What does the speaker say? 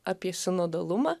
apie sinodalumą